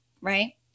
Right